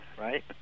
right